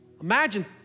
imagine